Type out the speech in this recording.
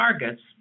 targets